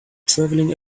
traveling